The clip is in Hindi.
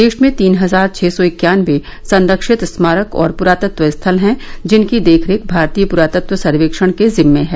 देश में तीन हजार छह सौ इक्यानबे सरक्षित स्मारक और पुरातत्व स्थल हैं जिनकी देखरेख भारतीय पुरातत्व सर्वेक्षण के जिम्मे है